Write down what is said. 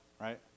right